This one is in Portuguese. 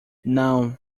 não